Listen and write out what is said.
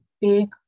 big